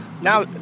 Now